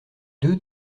deux